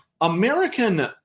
American